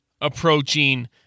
approaching